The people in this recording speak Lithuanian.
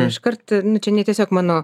iškart nu čia ne tiesiog mano